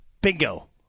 Bingo